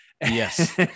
yes